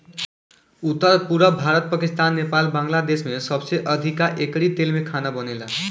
उत्तर, पुरब भारत, पाकिस्तान, नेपाल, बांग्लादेश में सबसे अधिका एकरी तेल में खाना बनेला